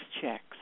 checks